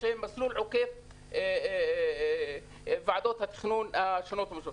יש להם מסלול עוקף ועדות התכנון השונות.